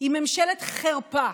היא ממשלת חרפה.